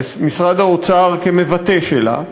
ומשרד האוצר כמבטא שלה,